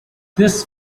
this